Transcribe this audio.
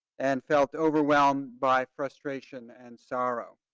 and felt overwhelmed by frustration and sorrow.